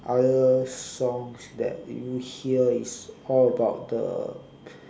other songs that you hear is all about the